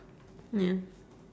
ya